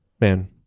man